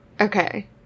Okay